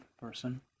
person